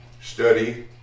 Study